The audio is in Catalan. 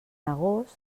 agost